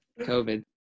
COVID